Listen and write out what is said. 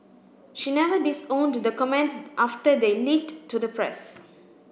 she never disowned the comments after they leaked to the press